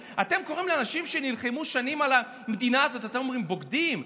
לאנשים שנלחמו שנים על המדינה הזאת אתם קוראים בוגדים?